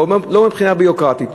לא מבחינה ביורוקרטית,